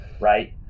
right